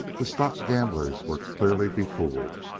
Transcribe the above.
the stock gamblers were clearly befooled.